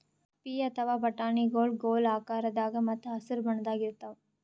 ಪೀ ಅಥವಾ ಬಟಾಣಿಗೊಳ್ ಗೋಲ್ ಆಕಾರದಾಗ ಮತ್ತ್ ಹಸರ್ ಬಣ್ಣದ್ ಇರ್ತಾವ